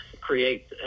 create